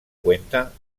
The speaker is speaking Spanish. cuenta